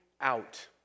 out